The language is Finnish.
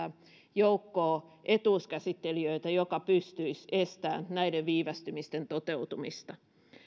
joukkoa etuuskäsittelijöitä jotka pystyisivät estämään näiden viivästymisten toteutumista